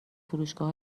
فروشگاه